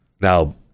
Now